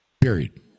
Period